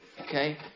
okay